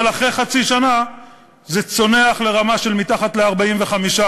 אבל אחרי חצי שנה זה צונח לרמה של מתחת ל-45%?